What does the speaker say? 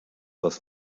was